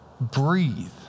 breathe